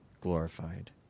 glorified